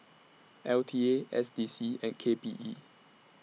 L T A S D C and K P E